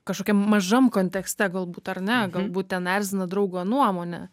kažkokiam mažam kontekste galbūt ar ne galbūt ten erzina draugo nuomonė